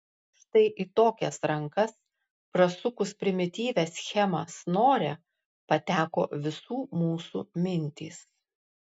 štai į tokias rankas prasukus primityvią schemą snore pateko visų mūsų mintys